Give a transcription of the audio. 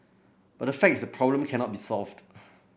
but the fact is problem cannot be solved